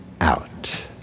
out